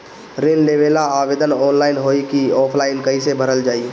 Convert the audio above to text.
ऋण लेवेला आवेदन ऑनलाइन होई की ऑफलाइन कइसे भरल जाई?